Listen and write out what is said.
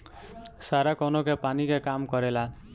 सारा कौनो के पानी के काम परेला